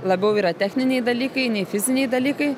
labiau yra techniniai dalykai nei fiziniai dalykai